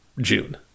June